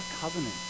covenant